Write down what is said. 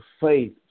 faith